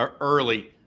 early